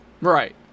Right